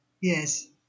yes